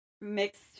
mixed